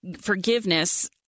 forgiveness